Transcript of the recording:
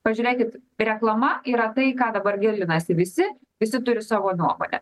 pažiūrėkit reklama yra tai į ką dabar gilinasi visi visi turi savo nuomonę